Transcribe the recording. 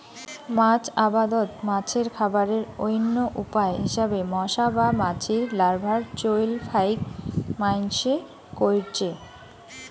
মাছ আবাদত মাছের খাবারের অইন্য উপায় হিসাবে মশা বা মাছির লার্ভার চইল ফাইক মাইনষে কইরচে